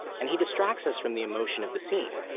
and he distracts us from the emotion of the scene.